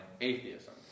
atheism